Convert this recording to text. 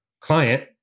client